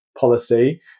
policy